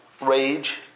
rage